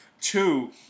Two